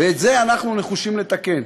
ואת זה אנחנו נחושים לתקן.